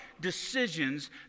decisions